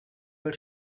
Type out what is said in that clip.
will